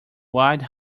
wide